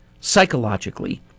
psychologically